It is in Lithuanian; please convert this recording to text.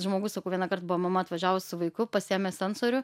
žmogus sakau vienąkart buvo mama atvažiavus su vaiku pasiėmė sensorių